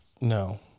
no